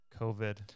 COVID